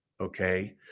Okay